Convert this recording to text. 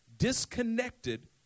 disconnected